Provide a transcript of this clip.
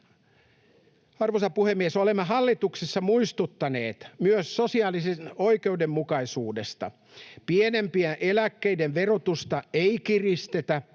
Arvoisa puhemies! Olemme hallituksessa muistuttaneet myös sosiaalisesta oikeudenmukaisuudesta: pienimpien eläkkeiden verotusta ei kiristetä,